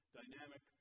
dynamic